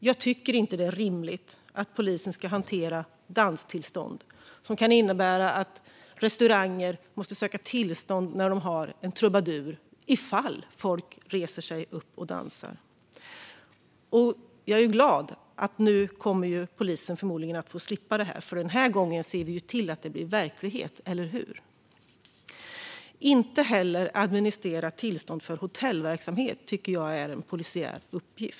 Jag tycker inte att det är rimligt att polisen ska hantera danstillstånd, som kan innebära att restauranger måste söka tillstånd när de har en trubadur - om folk skulle resa sig upp och dansa. Jag är glad att polisen nu förmodligen kommer att slippa detta, för den här gången ser vi till att det blir verklighet, eller hur? Inte heller att administrera tillstånd för hotellverksamhet tycker jag är en polisiär uppgift.